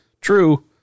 true